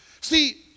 See